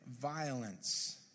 violence